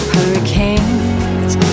Hurricanes